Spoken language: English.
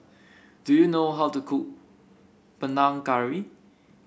do you know how to cook Panang Curry